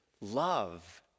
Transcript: love